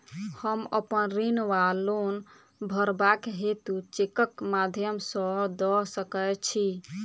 हम अप्पन ऋण वा लोन भरबाक हेतु चेकक माध्यम सँ दऽ सकै छी?